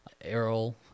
Errol